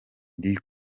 ndi